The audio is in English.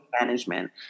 management